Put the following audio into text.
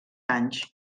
anys